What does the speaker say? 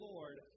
Lord